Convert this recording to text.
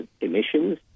emissions